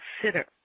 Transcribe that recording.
consider